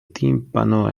timpano